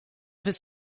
fis